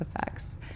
effects